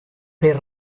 per